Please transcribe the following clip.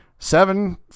Seven